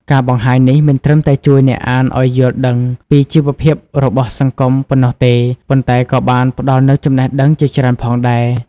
ការបង្ហាញនេះមិនត្រឹមតែជួយអ្នកអានឲ្យយល់ដឹងពីជីវភាពរបស់សង្គមប៉ុណ្ណោះទេ ប៉ុន្តែក៏បានផ្តល់នូវចំណេះដឹងជាច្រើនផងដែរ។